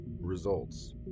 Results